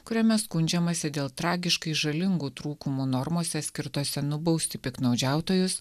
kuriame skundžiamasi dėl tragiškai žalingų trūkumų normose skirtose nubausti piktnaudžiautojus